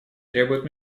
требуют